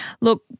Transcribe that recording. Look